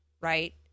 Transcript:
right